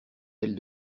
elle